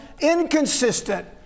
inconsistent